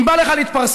אם בא לך להתפרסם,